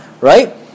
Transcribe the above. Right